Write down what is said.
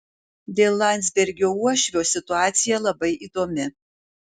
dėl landsbergio uošvio situacija labai įdomi